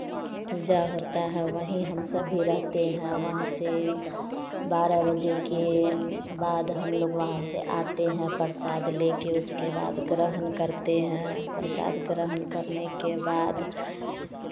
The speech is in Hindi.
पूजा होता है वहीं हम सब भी रहते हैं वहाँ से बारह बजे के बाद हम लोग वहाँ से आते हैं प्रसाद ले कर उसके बाद ग्रहण करते हैं प्रसाद ग्रहण करने के बाद